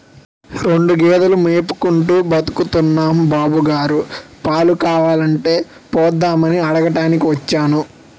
రెండు గేదెలు మేపుకుంటూ బతుకుతున్నాం బాబుగారు, పాలు కావాలంటే పోద్దామని అడగటానికి వచ్చాను